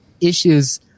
issues